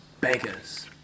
beggars